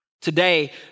Today